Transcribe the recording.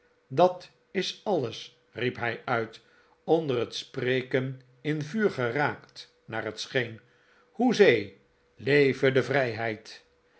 dat is alles riep hij uit onder het spreken in vuur geraakt naar het scheen hoezee leve de vrijheid